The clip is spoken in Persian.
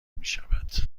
میشود